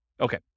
okay